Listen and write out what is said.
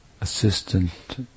assistant